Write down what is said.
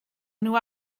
nhw